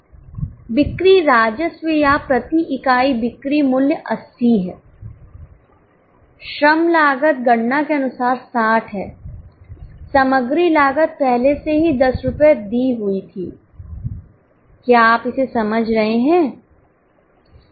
बिक्री राजस्व या प्रति इकाई बिक्री मूल्य 80 है श्रम लागत गणना के अनुसार 60 है सामग्री लागत पहले से ही 10 रुपये दी हुई थी क्या आप इसे समझ रहे हैं